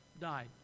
died